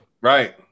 Right